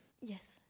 Yes